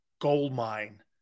goldmine